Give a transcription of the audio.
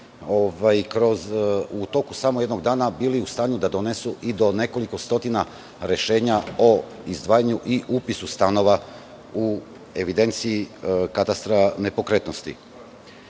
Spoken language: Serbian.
u toku samo jednog dana bili u stanju da donesu i do nekoliko stotina rešenja o izdvajanju i upisu stanova u evidenciju katastra nepokretnosti. Katastar